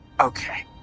Okay